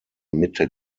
mitte